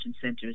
centers